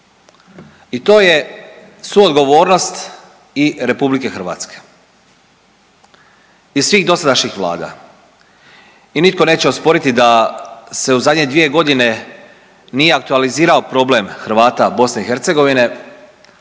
I to je suodgovornost i RH i svih dosadašnjih Vlada. I nitko neće osporiti da se u zadnje dvije godine nije aktualizirao problem Hrvata BiH,